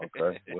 okay